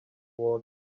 ward